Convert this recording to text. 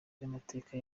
by’amateka